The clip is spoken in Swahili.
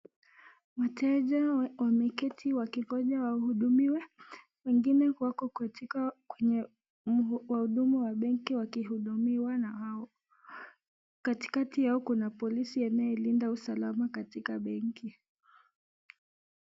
Wateja wameketi wakingonja wahudumiwe wengine wako katika kwenye kwa wahudumu wa benki wakihudumiwa na hao. katikati yao kuna polisi anayelinda usalama katika benki.